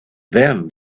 then